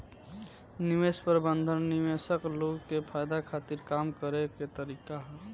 निवेश प्रबंधन निवेशक लोग के फायदा खातिर काम करे के तरीका ह